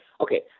Okay